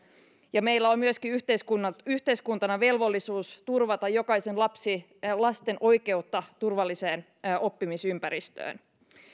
ja meillä on myöskin yhteiskuntana velvollisuus turvata jokaisen lapsen oikeutta turvalliseen oppimisympäristöön